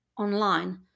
online